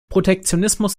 protektionismus